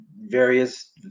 various